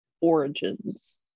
origins